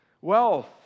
wealth